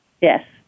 Yes